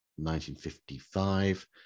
1955